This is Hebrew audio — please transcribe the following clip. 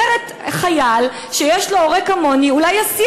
אחרת חייל שיש לו הורה כמוני אולי יסיע